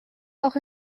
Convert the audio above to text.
auch